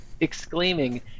exclaiming